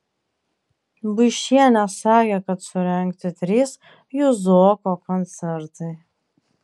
buišienė sakė kad surengti trys juzoko koncertai